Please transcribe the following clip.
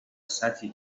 سطحی